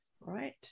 right